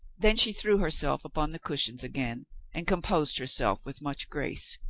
then she threw herself upon the cushions again and composed herself with much grace.